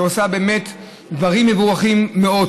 שעושה באמת דברים מבורכים מאוד,